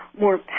more